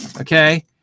okay